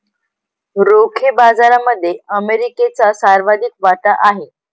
रोखे बाजारामध्ये अमेरिकेचा सर्वाधिक वाटा आहे